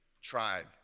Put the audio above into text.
tribe